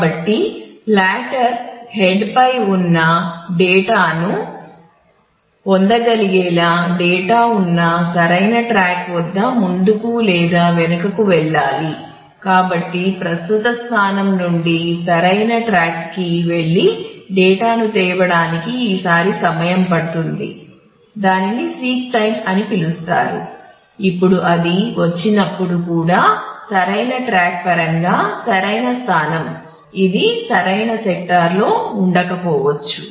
కాబట్టిప్లాటర్ లో ఉండకపోవచ్చు